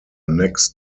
next